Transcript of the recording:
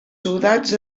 soldats